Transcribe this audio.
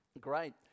Great